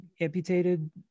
amputated